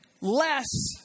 less